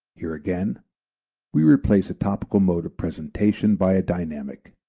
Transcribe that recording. here again we replace a topical mode of presentation by a dynamic